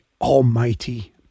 almighty